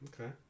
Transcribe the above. okay